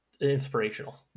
inspirational